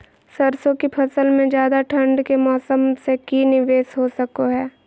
सरसों की फसल में ज्यादा ठंड के मौसम से की निवेस हो सको हय?